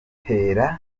itera